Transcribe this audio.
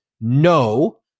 no